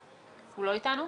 הוא לא אתנו?